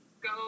go